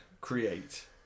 create